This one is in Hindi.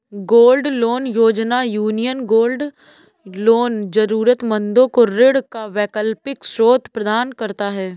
गोल्ड लोन योजना, यूनियन गोल्ड लोन जरूरतमंदों को ऋण का वैकल्पिक स्रोत प्रदान करता है